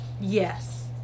Yes